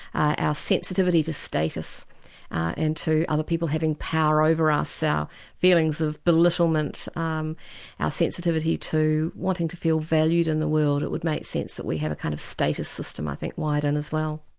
ah our sensitivity to status and to other people having power over us. our feelings of belittlement, our um ah sensitivity to wanting to feel valued in the world, it would make sense that we have a kind of status system, i think, wired in as well.